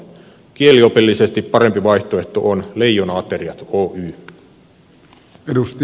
kieliopillisesti parempi vaihtoehto on leijona ateriat osakeyhtiö